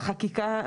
בחקיקה,